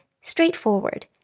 straightforward